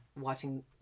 watching